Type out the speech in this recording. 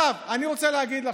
אני רוצה להגיד לכם,